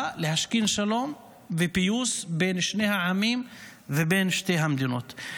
להשכין שלום ופיוס בין שני העמים ובין שתי המדינות.